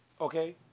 okay